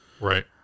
Right